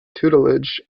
tutelage